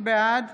בעד